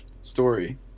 story